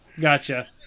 Gotcha